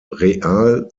real